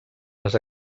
les